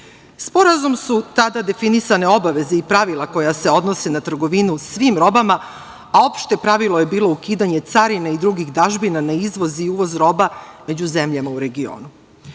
Sporazumom su tada definisane obaveze i pravila koja se odnose na trgovinu svim robama, a opšte pravilo je bilo ukidanje carine i drugih dažbina na izvoz i uvoz roba među zemljama u regionu.